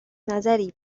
نظری